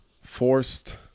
forced